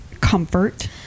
comfort